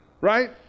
Right